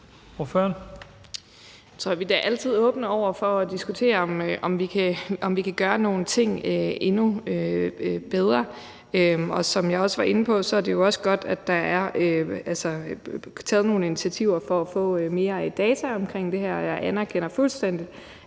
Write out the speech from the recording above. vi da altid er åbne over for at diskutere, om vi kan gøre nogle ting endnu bedre. Og som jeg var inde på, er det jo også godt, at der er taget nogle initiativer for at få mere data omkring det her. Jeg anerkender fuldstændig,